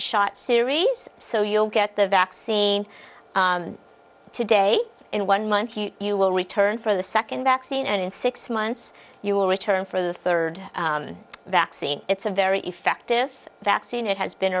shot series so you'll get the vaccine today in one month you will return for the second vaccine and in six months you will return for the third vaccine it's a very effective vaccine it has been